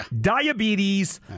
diabetes